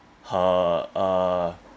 her uh